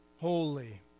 holy